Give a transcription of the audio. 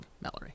Mallory